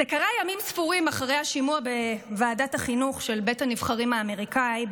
זה קרה ימים ספורים אחרי השימוע בוועדת החינוך של בית הנבחרים האמריקאי,